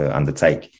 undertake